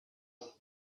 out